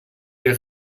der